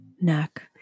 neck